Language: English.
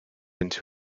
into